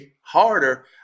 harder